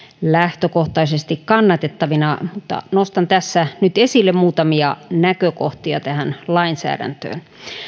lähtökohtaisesti kannatettavina nostan tässä nyt esille muutamia näkökohtia tähän lainsäädäntöön